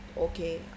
okay